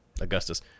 Augustus